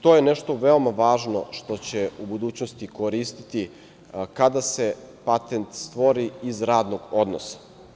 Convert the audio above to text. To je nešto veoma važno što će u budućnosti koristiti kada se patent stvori iz radnog odnosa.